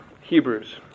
Hebrews